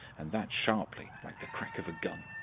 and that sharply, like the crack of a gun.